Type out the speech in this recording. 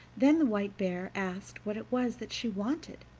then the white bear asked what it was that she wanted,